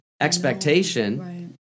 expectation